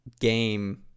game